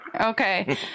Okay